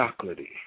Chocolatey